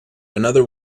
another